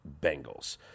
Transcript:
Bengals